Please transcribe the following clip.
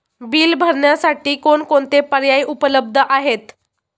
Bill भरण्यासाठी कोणकोणते पर्याय उपलब्ध आहेत?